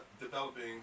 developing